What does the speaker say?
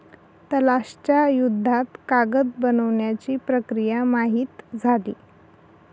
तलाश च्या युद्धात कागद बनवण्याची प्रक्रिया माहित झाली